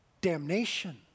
Damnation